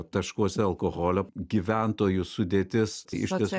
taškuose alkoholio gyventojų sudėtis iš tiesų